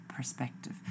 perspective